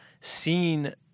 seen